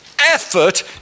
effort